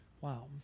Wow